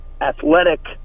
athletic